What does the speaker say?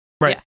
right